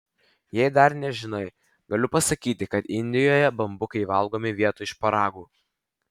jei dar nežinai galiu pasakyti kad indijoje bambukai valgomi vietoj šparagų